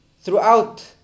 throughout